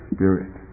Spirit